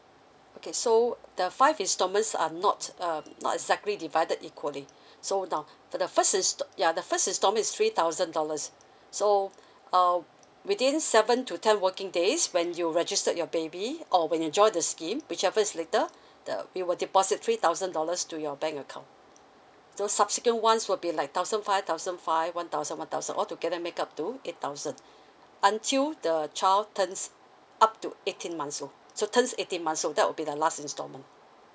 okay so the five installment are not uh not exactly divided equally so now for the first is ya the first installment is three thousand dollars so uh within seven to ten working days when you registered your baby or when you join the scheme whichever is later the we will deposit three thousand dollars to your bank account so subsequent ones will be like thousand five thousand five one thousand one thousand altogether make up to eight thousand until the child turns up to eighteen months old so turns eighteen months old that will be the last installment